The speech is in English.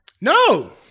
No